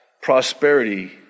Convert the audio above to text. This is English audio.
prosperity